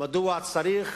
מדוע צריך